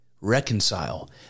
reconcile